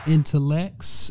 Intellects